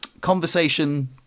conversation